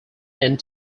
end